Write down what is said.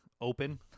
open